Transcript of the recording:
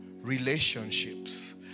relationships